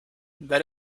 that